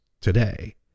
today